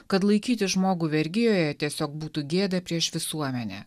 kad laikyti žmogų vergijoje tiesiog būtų gėda prieš visuomenę